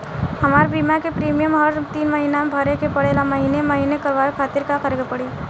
हमार बीमा के प्रीमियम हर तीन महिना में भरे के पड़ेला महीने महीने करवाए खातिर का करे के पड़ी?